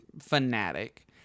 fanatic